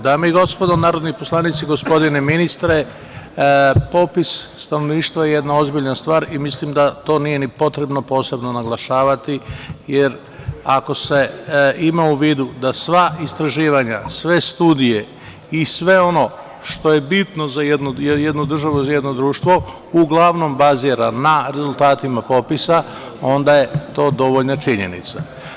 Dame i gospodo narodni poslanici, gospodine ministre, popis stanovništva je jedna ozbiljna stvar i mislim da to nije ni potrebno posebno naglašavati jer ako se ima u vidu da sva istraživanja, sve studije i sve ono što je bitno za jednu državu, za jedno društvo uglavnom bazira na rezultatima popisa, onda je to dovoljna činjenica.